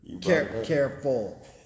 Careful